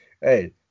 hey